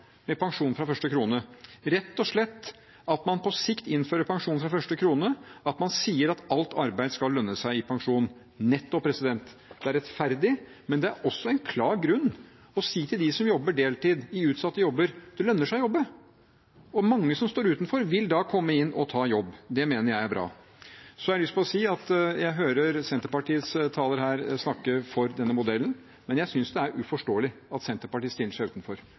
med pensjon fra første krone. Og videre: «Rett og slett at man på sikt innfører pensjon fra første krone – at man sier at alt arbeid skal lønne seg i pensjon.» Nettopp! Det er rettferdig, men det er også en klar grunn å si til dem som jobber deltid i utsatte jobber, at det lønner seg å jobbe. Mange som står utenfor, vil da komme inn og ta jobb. Det mener jeg er bra. Så har jeg lyst til å si at jeg hører Senterpartiets taler snakke for denne modellen, men jeg synes det er uforståelig at Senterpartiet stiller seg utenfor.